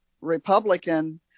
Republican